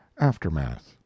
Aftermath